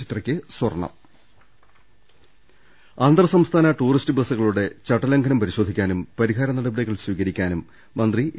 ചിത്രയ്ക്ക് സ്വർണം അന്തർസംസ്ഥാന ടൂറിസ്റ്റ് ബസ്സുകളുടെ ചട്ടലംഘനം പരിശോധി ക്കാനും പരിഹാരനടപടികൾ സ്വീകരിക്കാനും മന്ത്രി എ